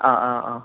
ആ ആ ആ